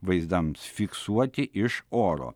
vaizdams fiksuoti iš oro